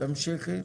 תמשיכי.